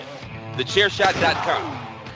TheChairShot.com